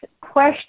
question